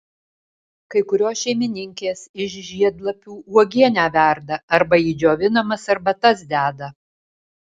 kai kurios šeimininkės iš žiedlapių uogienę verda arba į džiovinamas arbatas deda